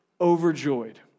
overjoyed